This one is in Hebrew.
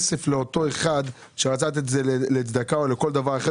אבל כסף לאותו אחד שרצה לתת את זה לצדקה או לכל דבר אחר